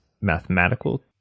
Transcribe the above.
mathematical